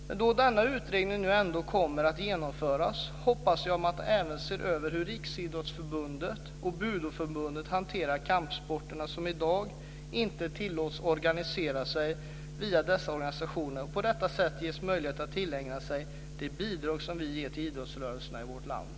Men då denna utredning nu ändå kommer att genomföras hoppas jag att man även ser över Riksidrottsförbundets och Budoförbundets hantering av de kampsporter som i dag inte tillåts organisera sig via dessa organisationer och på så sätt inte ges möjlighet att tillägna sig de bidrag som vi ger till idrottsrörelserna i vårt land.